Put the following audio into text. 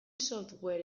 software